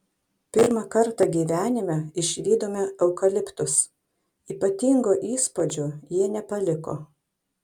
pirmą kartą gyvenime išvydome eukaliptus ypatingo įspūdžio jie nepaliko